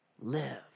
live